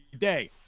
day